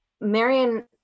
Marion